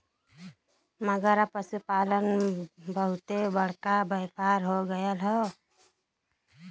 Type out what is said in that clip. मगर अब पसुपालन बहुते बड़का व्यापार हो गएल हौ